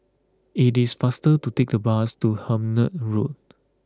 it is faster to take the bus to Hemmant Road